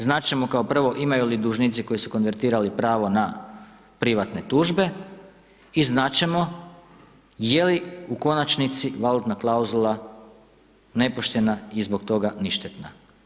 Znati ćemo kao prvo, imaju li dužnici, koji su konvertirali pravo na privatne tužbe i znati ćemo je li u konačnici valutna klauzula nepoštena i zbog toga ništetna.